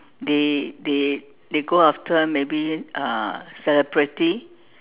they they they go after maybe uh celebrity